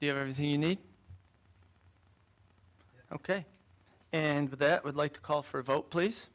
have everything you need ok and that would like to call for a vote please